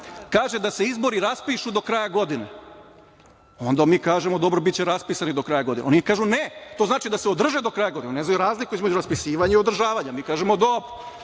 – da se izbori raspišu do kraja godine. Onda mi kažemo – dobro, biće raspisani do kraja godine. Oni kažu – ne, to znači da se održe do kraja godine. oni ne znaju razliku između raspisivanja i održavanja. Mi kažemo – dobro,